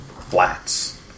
flats